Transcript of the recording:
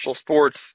sports